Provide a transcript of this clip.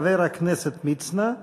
חבר הכנסת מצנע,